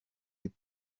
les